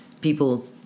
people